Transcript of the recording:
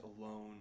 alone